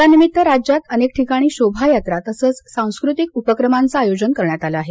या निमित्त राज्यात अनेक ठिकाणी शोभायात्रा तसच सांस्कृतिक उपक्रमांचं आयोजन करण्यात आलं आहे